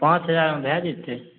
पॉंच हजारमे भऽ जेतै